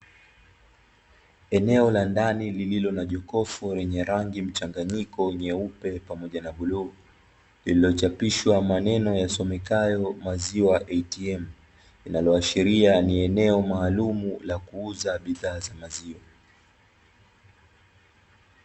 Eneo la ndani lililo na jokofu lenye rangi mchanganyiko nyeupe pamoja na bluu, lililochapishwa maneno yasomekayo maziwa "ATM", inayoashiria ni eneo maalumu la kuuza bidhaa za maziwa.